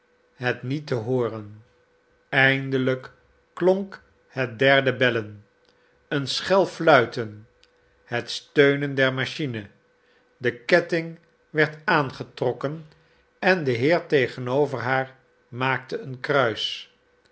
hot niet te hooren eindelijk klonk het derde bellen een schel fluiten het steunen der machine de ketting werd aangetrokken en de heer tegenover haar maakte een kruis